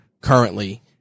currently